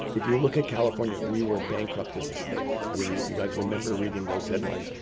if you look at california, we were bankrupt as a state. i mean, you guys remember reading those headlines.